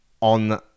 on